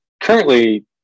Currently